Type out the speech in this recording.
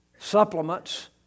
supplements